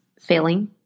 failing